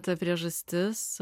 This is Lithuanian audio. ta priežastis